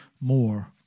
more